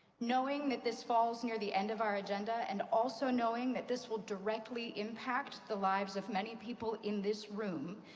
knowing that this falls near the end of our agenda and also knowing that this will directly impact the lives of many people in this room,